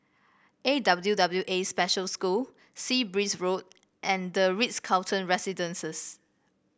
A W W A Special School Sea Breeze Road and the Ritz Carlton Residences